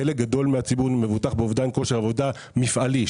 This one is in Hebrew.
חלק גדול מהציבור מבוטח באובדן כושר עבודה מפעלי.